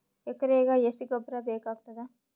ಎಕರೆಗ ಎಷ್ಟು ಗೊಬ್ಬರ ಬೇಕಾಗತಾದ?